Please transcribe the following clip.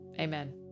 amen